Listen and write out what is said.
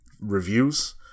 reviews